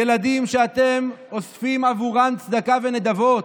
ילדים שאתם אוספים עבורם צדקה ונדבות,